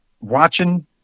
watching